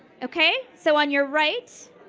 okay? so on your right,